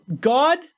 God